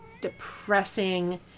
depressing